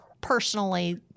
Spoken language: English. personally